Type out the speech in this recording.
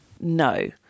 no